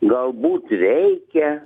galbūt veikia